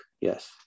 Yes